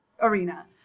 arena